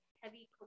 heavy